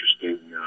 interesting